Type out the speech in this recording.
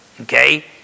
Okay